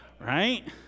Right